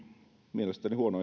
mielestäni huono